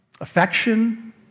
Affection